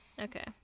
Okay